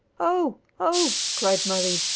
oh! oh! cried marie,